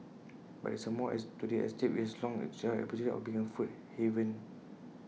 but there is more to this estate which has long enjoyed A reputation of being A food haven